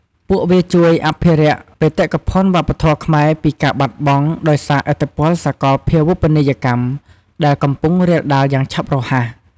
ពួកវាជួយអភិរក្សបេតិកភណ្ឌវប្បធម៌ខ្មែរពីការបាត់បង់ដោយសារឥទ្ធិពលសកលភាវូបនីយកម្ម ដែលកំពុងរាលដាលយ៉ាងឆាប់រហ័ស។